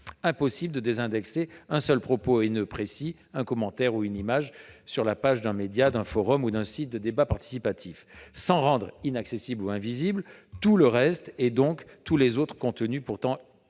impossible de désindexer un seul propos haineux précis- un commentaire ou une image -sur la page d'un média, d'un forum ou d'un site de débat participatif, sans rendre inaccessible ou invisible tout le reste, donc tous les autres contenus, pourtant licites.